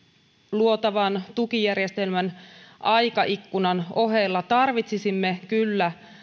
luotavan tukijärjestelmän aikaikkunan ohella tarvitsisimme kyllä